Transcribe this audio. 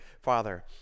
Father